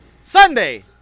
Sunday